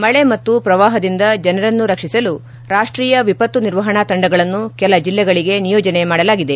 ಮಳೆ ಮತ್ತು ಪ್ರವಾಹದಿಂದ ಜನರನ್ನು ರಕ್ಷಿಸಲು ರಾಷ್ಟೀಯ ವಿಪತ್ತು ನಿರ್ವಹಣಾ ತಂಡಗಳನ್ನು ಕೆಲ ಜಿಲ್ಲೆಗಳಿಗೆ ನಿಯೋಜನೆ ಮಾಡಲಾಗಿದೆ